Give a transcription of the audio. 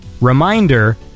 reminder